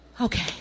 Okay